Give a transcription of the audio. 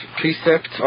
precept